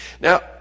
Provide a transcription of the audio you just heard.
Now